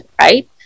right